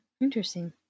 Interesting